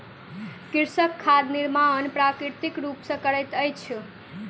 कृषक खाद निर्माण प्राकृतिक रूप सॅ करैत अछि